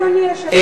אדוני היושב-ראש,